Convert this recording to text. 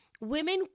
Women